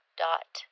dot